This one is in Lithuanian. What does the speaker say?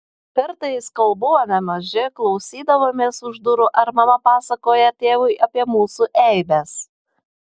kartais kol buvome maži klausydavomės už durų ar mama pasakoja tėvui apie mūsų eibes